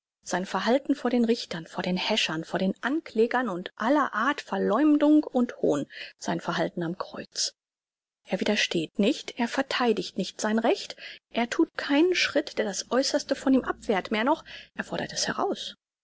sein verhalten vor den richtern vor den häschern vor den anklägern und aller art verleumdung und hohn sein verhalten am kreuz er widersteht nicht er vertheidigt nicht sein recht er thut keinen schritt der das äußerste von ihm abwehrt mehr noch er fordert es heraus